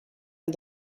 and